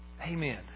Amen